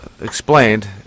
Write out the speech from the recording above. explained